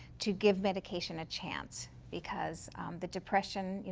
to give medication a chance. because the depression,